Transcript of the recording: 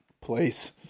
place